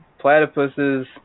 platypuses